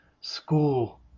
school